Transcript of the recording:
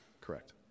correct